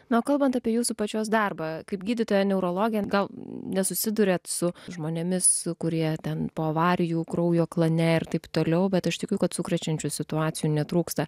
na o kalbant apie jūsų pačios darbą kaip gydytoja neurologė gal nesusiduriat su žmonėmis kurie ten po avarijų kraujo klane ir taip toliau bet aš tikiu kad sukrečiančių situacijų netrūksta